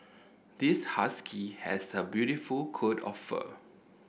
this husky has a beautiful coat of fur